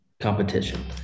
competition